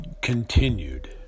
continued